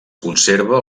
conserva